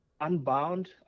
unbound